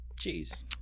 Jeez